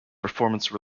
performance